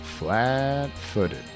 Flat-footed